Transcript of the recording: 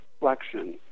reflection